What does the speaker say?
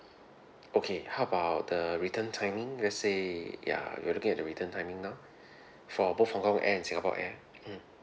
okay how about the return timing let's say ya we're looking at the return timing now for both hong-kong air and singapore air mm